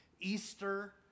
Easter